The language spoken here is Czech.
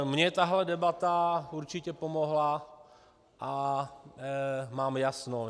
Mně tahle debata určitě pomohla a mám jasno.